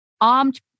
armed